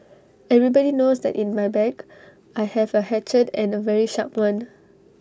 everybody knows that in my bag I have A hatchet and A very sharp one